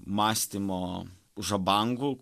mąstymo žabangų